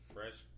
Fresh